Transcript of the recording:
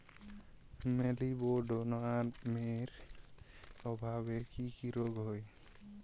মলিবডোনামের অভাবে কি কি রোগ হয়?